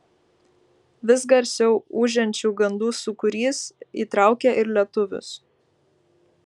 vis garsiau ūžiančių gandų sūkurys įtraukė ir lietuvius